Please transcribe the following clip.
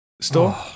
store